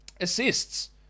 Assists